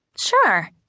Sure